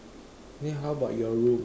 then how about your room